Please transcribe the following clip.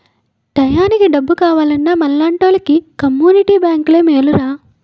టయానికి డబ్బు కావాలన్నా మనలాంటోలికి కమ్మునిటీ బేంకులే మేలురా